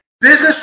business